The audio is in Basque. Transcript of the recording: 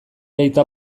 aita